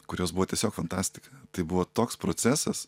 kurios buvo tiesiog fantastika tai buvo toks procesas